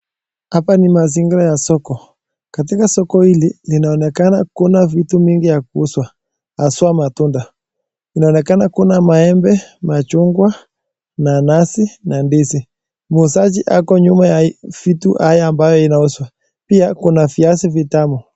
Hapa ni mazingira ya soko. Katika soko hili inaonekana kuna vitu mingi ya kuuzwa haswa matunda inaonekana kuna maembe, machungwa, nanasi na ndizi. Muuzaji ako nyuma ya hii vitu haya ambayo yanauzwa pia kuna viazi vitamu.